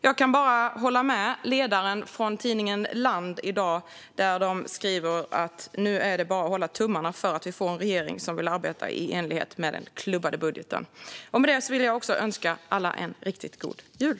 Jag kan bara hålla med ledaren i tidningen Land i dag där man skriver att det nu bara är att hålla tummarna för att vi får en regering som vill arbeta i enlighet med den klubbade budgeten. Med detta vill också jag önska alla en riktigt god jul.